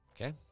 Okay